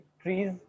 trees